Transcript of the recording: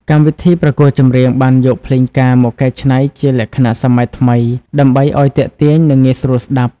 កម្មវិធីប្រកួតចម្រៀងបានយកភ្លេងការមកកែច្នៃជាលក្ខណៈសម័យថ្មីដើម្បីឲ្យទាក់ទាញនិងងាយស្រួលស្ដាប់។